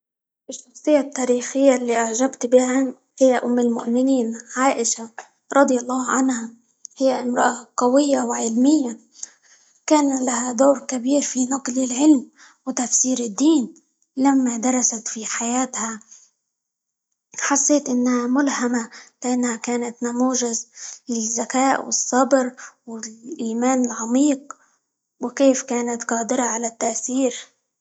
الشخصية التاريخية اللي أعجبت بها هي أم المؤمنين عائشة رضي الله عنها، هي امرأة قوية، وعلمية، كان لها دور كبير في نقل العلم، وتفسير الدين، لما درست في حياتها حسيت إنها ملهمة؛ لأنها كانت نموذج للذكاء، والصبر، والإيمان العميق، وكيف كانت قادرة على التأثير.